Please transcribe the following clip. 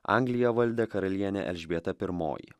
angliją valdė karalienė elžbieta pirmoji